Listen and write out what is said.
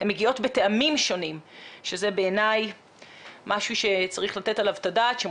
הן מגיעות בטעמים שונים שזה בעיני משהו שצריך לתת עליו את הדעת כיוון